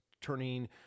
turning